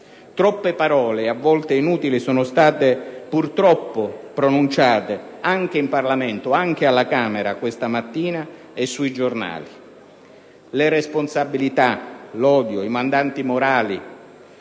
Troppe parole, a volte inutili, sono state purtroppo pronunciate anche in Parlamento, anche alla Camera dei deputati questa mattina, e sui giornali. Le responsabilità, l'odio, i mandanti morali: